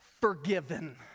Forgiven